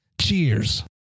Cheers